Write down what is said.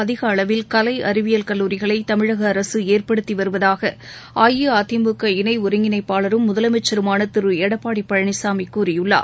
அதிக அளவில் கலை அறிவியல் கல்லூரிகளை தமிழக அரசு ஏற்படுத்தி வருவதாக அஇஅதிமுக இணை ஒருங்கிணைப்பாளரும் முதலமைச்சருமான திரு எடப்பாடி பழனிசாமி கூறியுள்ளார்